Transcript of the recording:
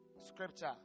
scripture